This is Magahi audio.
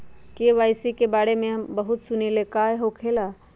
के.वाई.सी के बारे में हम बहुत सुनीले लेकिन इ का होखेला?